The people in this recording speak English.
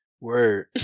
Word